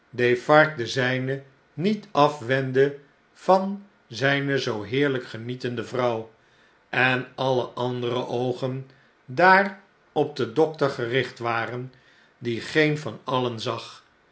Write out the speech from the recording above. defarge de zijne niet afwendde van zijne zoo heerljjk genietende vrouw en alle andere oogen daar op den dokter gericht waren die geen van alien zag